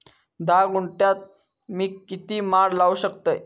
धा गुंठयात मी किती माड लावू शकतय?